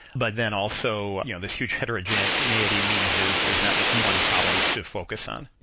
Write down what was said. but then also this huge heterogeneity means there's there's not just one problem to focus on.